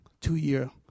two-year